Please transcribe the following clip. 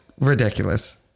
ridiculous